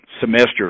semester